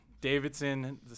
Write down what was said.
Davidson